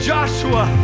Joshua